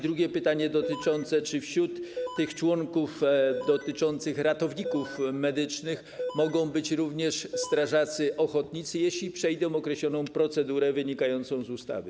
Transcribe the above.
Drugie pytanie dotyczy tego, czy wśród tych członków, jeśli chodzi o ratowników medycznych, mogą być również strażacy ochotnicy, jeśli przejdą określoną procedurę wynikającą z ustawy.